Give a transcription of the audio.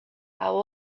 how